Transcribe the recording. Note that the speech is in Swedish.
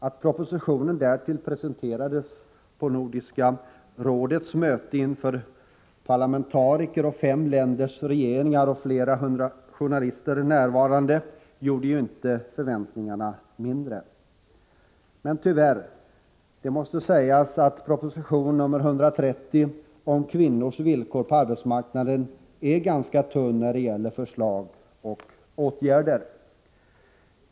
Att propositionen därtill skulle presenteras på Nordiska rådets möte, inför parlamentariker, fem länders regeringar och flera hundra journalister, gjorde inte förväntningarna mindre. Tyvärr måste det dock sägas att proposition nr 130 om kvinnornas villkor på arbetsmarknaden är ganska tunn när det gäller förslag till åtgärder.